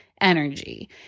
energy